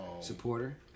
Supporter